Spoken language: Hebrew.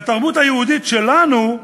והתרבות היהודית שלנו,